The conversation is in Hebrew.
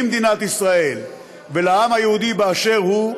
למדינת ישראל ולעם היהודי באשר הוא,